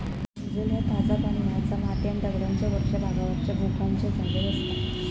भूजल ह्या ताजा पाणी हा जा माती आणि दगडांच्या वरच्या भागावरच्या भोकांच्या जागेत असता